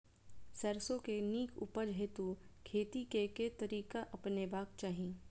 सैरसो केँ नीक उपज हेतु खेती केँ केँ तरीका अपनेबाक चाहि?